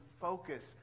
focus